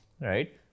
right